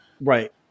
Right